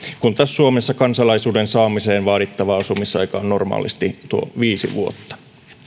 kun taas suomessa kansalaisuuden saamiseen vaadittava asumisaika on normaalisti tuo viisi vuotta